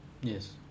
Yes